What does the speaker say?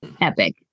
epic